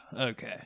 okay